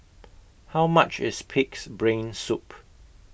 How much IS Pig'S Brain Soup